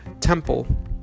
temple